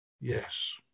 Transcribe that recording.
Yes